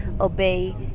obey